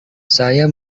saya